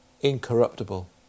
incorruptible